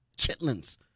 chitlins